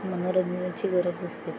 मनोरंजनाची गरज असते